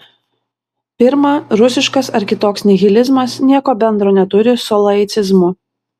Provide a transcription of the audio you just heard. pirma rusiškas ar kitoks nihilizmas nieko bendro neturi su laicizmu